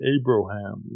Abraham